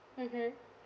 mmhmm